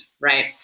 Right